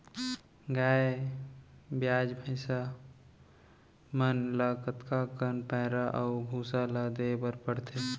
गाय ब्याज भैसा मन ल कतका कन पैरा अऊ भूसा ल देये बर पढ़थे?